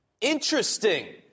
Interesting